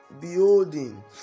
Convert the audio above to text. beholding